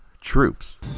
troops